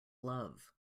love